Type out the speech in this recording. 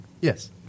Yes